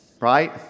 Right